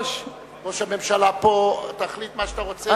ראש הממשלה פה, תחליט מה שאתה רוצה.